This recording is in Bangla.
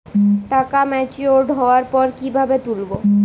টাকা ম্যাচিওর্ড হওয়ার পর কিভাবে তুলব?